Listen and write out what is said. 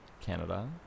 Canada